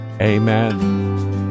Amen